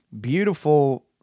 Beautiful